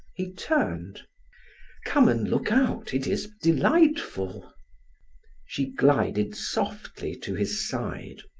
he turned come and look out, it is delightful she glided softly to his side.